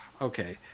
Okay